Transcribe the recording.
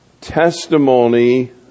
testimony